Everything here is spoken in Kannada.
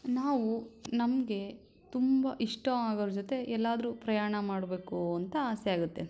ನಾವು ನಮಗೆ ತುಂಬ ಇಷ್ಟ ಆಗೋರ ಜೊತೆ ಎಲ್ಲಾದರೂ ಪ್ರಯಾಣ ಮಾಡಬೇಕು ಅಂತ ಆಸೆ ಆಗುತ್ತೆ